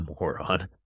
Moron